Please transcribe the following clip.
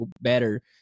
better